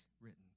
written